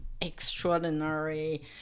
extraordinary